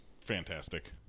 fantastic